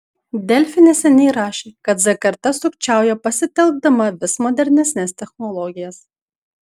delfi neseniai rašė kad z karta sukčiauja pasitelkdama vis modernesnes technologijas